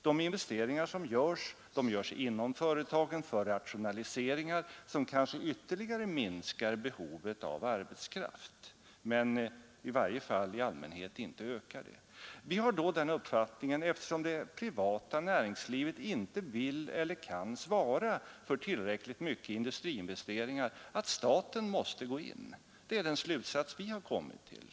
De investeringar som görs inom företagen avser rationaliseringar som kanske ytterligare minskar behovet av arbetskraft, i varje fall i allmänhet inte ökar det. Vi har den uppfattningen, att eftersom det privata näringslivet inte vill eller kan svara för tillräckligt mycket industriinvesteringar, måste staten gå in. Det är den slutsats vi kommit till.